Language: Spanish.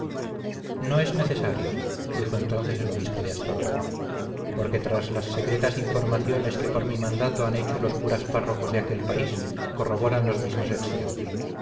no es necesario dijo entonces el obispo de astorga porque las secretas informaciones que por mi mandato han hecho los curas párrocos de aquel país corroboran los mismos extremos